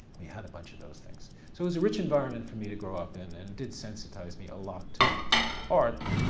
we had a bunch of those things. so it was a rich environment for me to grow up in and did sensitize me a lot to art,